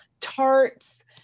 tarts